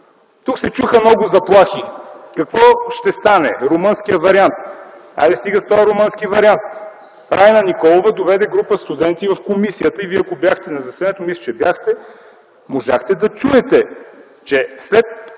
Тук се чуха много заплахи: какво ще стане, румънският вариант. Хайде стига с този румънски вариант! Райна Николова доведе група студенти в комисията. Вие, ако бяхте на заседанието – мисля, че бяхте, можехте да чуете, че след